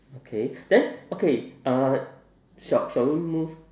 okay then okay uh shall shall we move